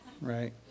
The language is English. right